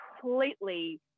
completely